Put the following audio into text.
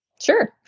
Sure